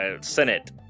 Senate